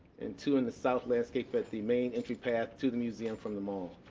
and two in the south landscape at the main entry path to the museum from the mall.